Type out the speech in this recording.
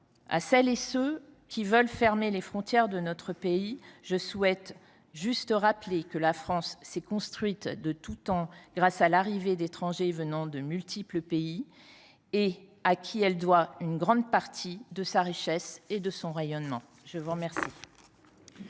à celles et à ceux qui veulent fermer les frontières de notre pays, je rappelle que la France s’est construite de tout temps grâce à l’arrivée d’étrangers venant de multiples pays, à qui elle doit une grande partie de sa richesse et de son rayonnement. La parole